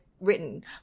written